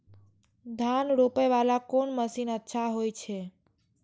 धान रोपे वाला कोन मशीन अच्छा होय छे?